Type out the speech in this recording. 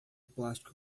plástico